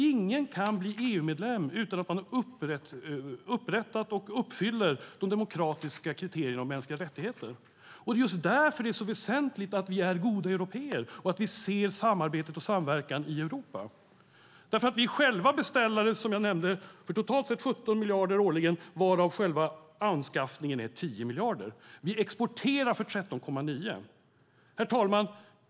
Ingen kan bli EU-medlem utan att uppfylla de demokratiska kriterierna för mänskliga rättigheter. Därför är det så väsentligt att vi är goda européer och ser ett samarbete och en samverkan i Europa. Som jag nämnde är vi själva beställare för totalt 17 miljarder årligen, varav anskaffningen är 10 miljarder. Vi exporterar för 13,9 miljarder. Herr talman!